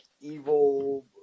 evil